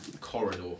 corridor